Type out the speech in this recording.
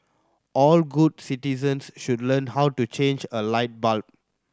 all good citizens should learn how to change a light bulb